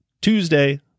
Tuesday